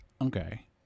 okay